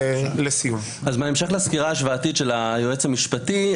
בהמשך לסקירה ההשוואתית של היועץ המשפטי,